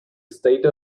state